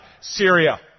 Syria